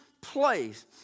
place